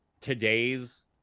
today's